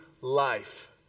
life